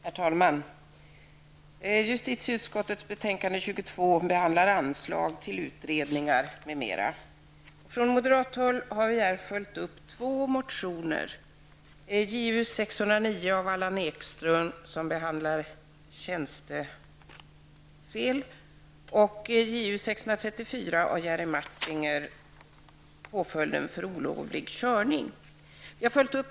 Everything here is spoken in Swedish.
Herr talman! Justitieutskottets betänkande nr 22 har rubriken Anslag till utredningar m.m. Vi moderater följer i reservationer upp två motioner nämligen Ju609 av Allan Ekström om tjänstefel och Ju634 av Jerry Martinger om påföljd för olovlig körning.